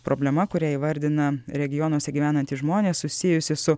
problema kurią įvardina regionuose gyvenantys žmonės susijusi su